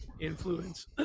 influence